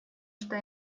что